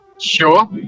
Sure